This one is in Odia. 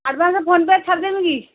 ଆଡ଼ଭାନ୍ସ ଫୋନ ପେ'ରେ ଛାଡ଼ିଦେବି କି